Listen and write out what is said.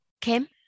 Kim